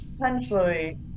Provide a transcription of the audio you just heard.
potentially